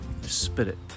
spirit